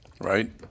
right